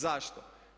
Zašto?